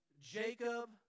Jacob